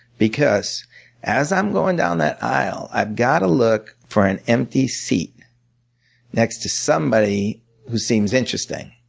because as i'm going down that aisle, i've got to look for an empty seat next to somebody who seems interesting.